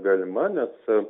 galima nes